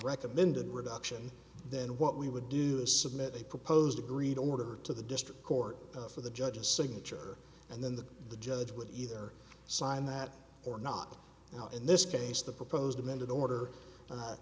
recommended reduction then what we would do is submit a proposed agreed order to the district court for the judge's signature and then the the judge would either sign that or not you know in this case the proposed amended order